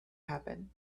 happen